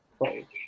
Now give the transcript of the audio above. right